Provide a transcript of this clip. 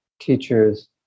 teachers